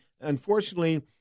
unfortunately